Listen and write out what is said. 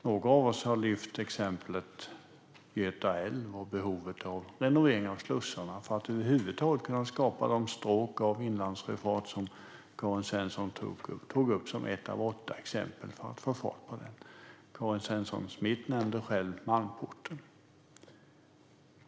Några av oss har lyft exemplet Göta älv och behovet av renovering av slussarna för att över huvud taget kunna skapa de stråk av inlandssjöfart som Karin Svensson Smith tog upp som ett av åtta exempel för att få fart på den. Karin Svensson Smith nämnde själv Malmporten.